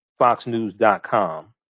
foxnews.com